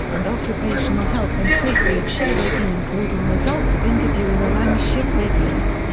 and occupational health and safety of shipbreaking including results of interviewing alang shipbreakers.